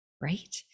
right